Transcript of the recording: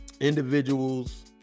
individuals